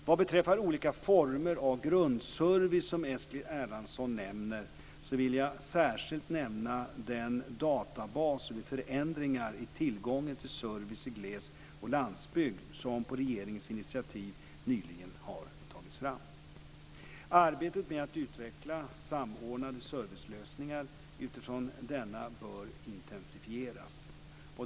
Vad beträffar olika former av grundservice som Eskil Erlandsson nämner vill jag särskilt nämna den databas över förändringar i tillgången till service i gles och landsbygd, som på regeringens initiativ nyligen har tagits fram. Arbetet med att utveckla samordnade servicelösningar utifrån denna bör intensifieras.